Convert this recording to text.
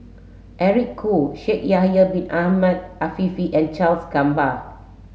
Eric Khoo Shaikh Yahya Bin Ahmed Afifi and Charles Gamba